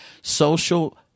social